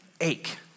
ache